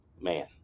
man